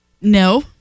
No